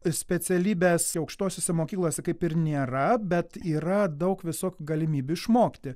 specialybes jau aukštosiose mokyklose kaip ir nėra bet yra daug visokių galimybių išmokti